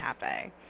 happy